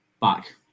back